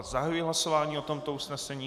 Zahajuji hlasování o tomto usnesení.